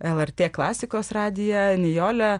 lrt klasikos radiją nijole